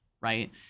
right